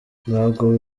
ntabwo